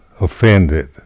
offended